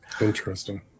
Interesting